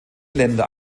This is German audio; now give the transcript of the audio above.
länder